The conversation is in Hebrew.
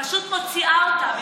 פשוט מוציאה אותם.